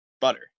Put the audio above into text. butter